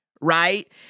right